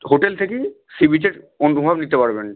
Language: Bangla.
হোটেল থেকেই সি বীচের নিতে পারবেন